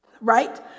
right